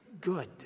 good